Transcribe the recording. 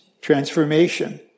transformation